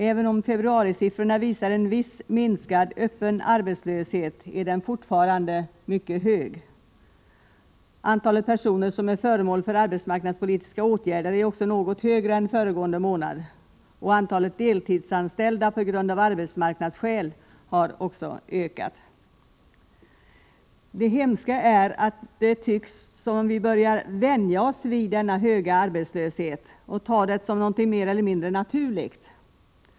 Även om februarisiffrorna visar en viss minskad öppen arbetslöshet är den fortfarande mycket hög. Antalet personer som är föremål för arbetsmarknadspolitiska atgärder är också något högre än föregående manad, och antalet deltidsanställda av äl har ökat. Det hemska är att det tycks som om vi börjar vänja oss vid denna höga arbetslöshet och ta det som något mer eller mindre naturligt.